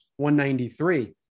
193